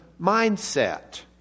mindset